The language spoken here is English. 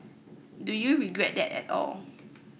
do you regret that at all